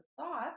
thoughts